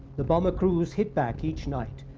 the bomber crews hit back each night,